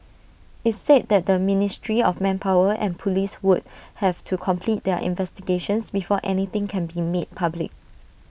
IT said that the ministry of manpower and Police would have to complete their investigations before anything can be made public